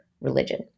religion